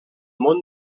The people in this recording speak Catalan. món